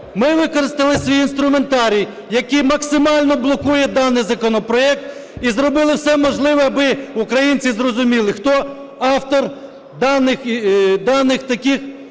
ми використали свій інструментарій, який максимально блокує даний законопроект. І зробили все можливе аби українці зрозуміли хто автор даних таких